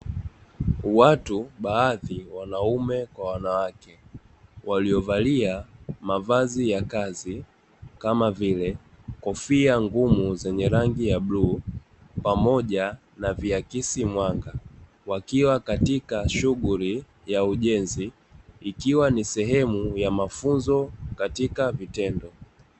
Watu baadhi wanaume kwa wanawake waliovalia mavazi ya kazi kama vile kofia ngumu zenye rangi ya bluu, pamoja na viakisi mwanga wakiwa katika shughuli ya ujenzi ikiwa ni sehemu ya mafunzo katika vitendo.